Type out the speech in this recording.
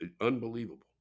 unbelievable